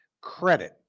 credit